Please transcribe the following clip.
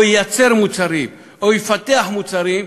ייצר מוצרים או יפתח מוצרים,